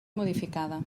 modificada